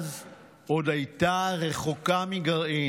אז היא עוד הייתה רחוקה מגרעין,